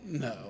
No